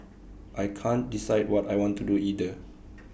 I can't decide what I want to do either